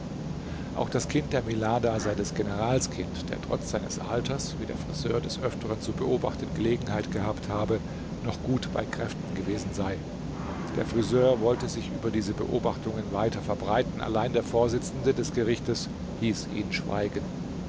auch das kind der milada sei des generals kind der trotz seines alters wie der friseur des öfteren zu beobachten gelegenheit gehabt habe noch gut bei kräften gewesen sei der friseur wollte sich über diese beobachtungen weiter verbreiten allein der vorsitzende des gerichtes hieß ihn schweigen